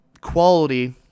quality